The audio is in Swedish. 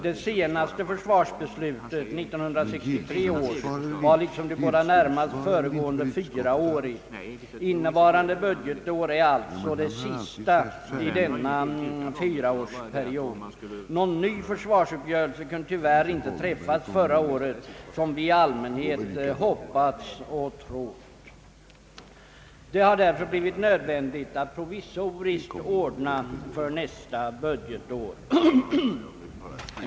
Det senaste försvarsbeslutet — 1963 års — var liksom de båda närmast föregående fyraårigt. Innevarande budgetår är alltså det sista i denna fyraårsperiod. Någon ny försvarsuppgörelse, som vi allmänt hoppats på, kunde tyvärr inte träffas förra året. Det har därför blivit nödvändigt att provisoriskt ordna för nästa budgetår.